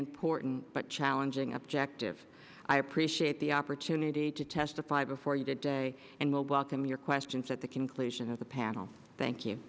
important but challenging objective i appreciate the opportunity to testify before you today and will welcome your questions at the conclusion of the panel thank you